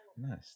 Nice